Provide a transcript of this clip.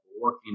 working